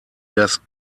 das